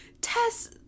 Tess